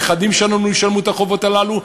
הנכדים שלנו ישלמו את החובות הללו,